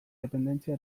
dependentzia